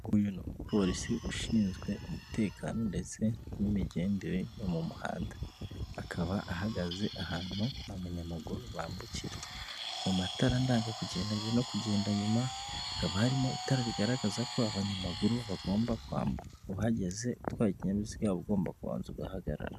Uyu ni umupolisi ushinzwe umutekano ndetse n'imigendere yo mu muhanda, akaba ahagaze ahantu abanyamaguru bambukira, mu matara ndanga kugenda mbere no kugenda nyuma, haba harimo itara rigaragaza ko abanyamaguru bagomba kwambuka, uhageze utwaye ikinyabiziga uba ugomba kubanza ugahagarara.